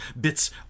bits